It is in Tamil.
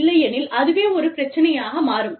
இல்லையெனில் அதுவே ஒரு பிரச்சனையாக மாறும்